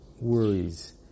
worries